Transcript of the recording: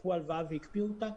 לקחו הלוואה והקפיאו אותה,